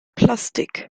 plastik